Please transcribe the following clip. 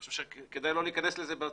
חושב לא להיכנס לזה.